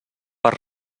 per